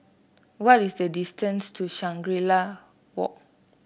what is the distance to Shangri La Walk